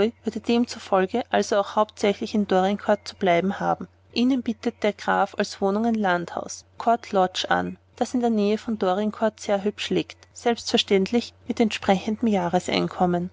demzufolge also auch hauptsächlich in dorincourt zu bleiben haben ihnen bietet der graf als wohnung ein landhaus court lodge an das in der nähe von dorincourt sehr hübsch liegt selbstverständlich mit entsprechendem jahreseinkommen